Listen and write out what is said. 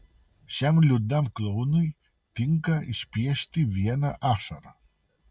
šiam liūdnam klounui tinka išpiešti vieną ašarą